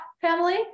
family